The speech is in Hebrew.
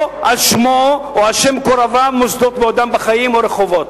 על שמו או על-שם מקורביו בעודם בחיים מוסדות או רחובות.